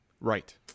Right